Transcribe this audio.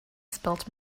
spilt